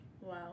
Wow